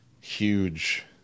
huge